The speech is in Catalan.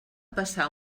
passar